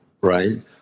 right